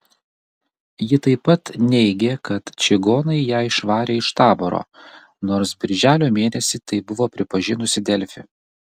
ji taip pat neigė kad čigonai ją išvarė iš taboro nors birželio mėnesį tai buvo pripažinusi delfi